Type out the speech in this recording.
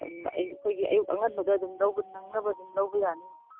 ꯑꯗꯨꯝ ꯑꯌꯨꯛ ꯑꯩꯈꯣꯏꯒꯤ ꯑꯌꯨꯛ ꯑꯉꯟꯕꯗ ꯑꯗꯨꯝ ꯂꯧꯕ ꯅꯪꯅꯕ ꯑꯗꯨꯝ ꯂꯧꯕ ꯌꯥꯅꯤ